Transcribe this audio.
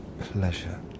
pleasure